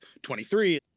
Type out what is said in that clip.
23